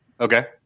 Okay